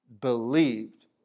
believed